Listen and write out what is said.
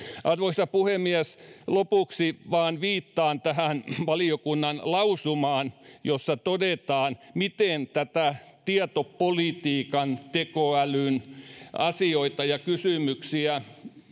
arvoisa puhemies lopuksi vain viittaan tähän valiokunnan lausumaan jossa todetaan miten myöskin tietopolitiikan ja tekoälyn asioita ja kysymyksiä